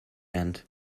end